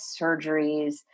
surgeries